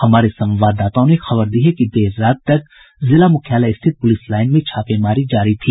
हमारे संवादाताओं ने खबर दी है कि देर रात तक जिला मुख्यालय स्थित पुलिस लाईन में छापेमारी जारी थी